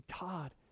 god